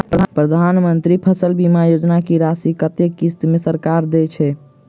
प्रधानमंत्री फसल बीमा योजना की राशि कत्ते किस्त मे सरकार देय छै?